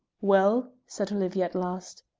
well? said olivia at last.